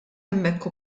hemmhekk